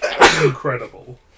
incredible